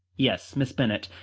yes, miss bennet,